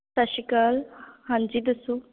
ਸਤਿ ਸ਼੍ਰੀ ਅਕਾਲ ਹਾਂਜੀ ਦੱਸੋ